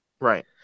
Right